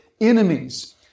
enemies